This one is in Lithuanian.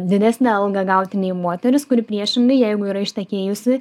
didesnę algą gauti nei moteris kuri priešingai jeigu yra ištekėjusi